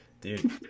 dude